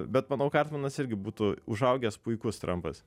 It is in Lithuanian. bet manau kartmanas irgi būtų užaugęs puikus trampas